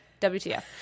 WTF